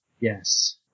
Yes